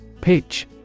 Pitch